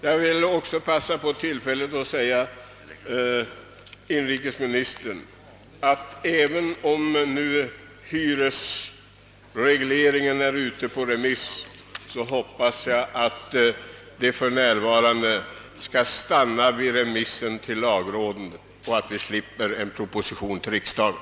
Jag vill också begagna detta tillfälle att säga till inrikesministern, att jag hoppas att förslaget om hyresregleringens avskaffande, som nu är ute på remiss, inte skall föranleda någon proposition till riksdagen, utan att det hela skall stanna vid remissen till lagrådet.